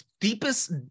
deepest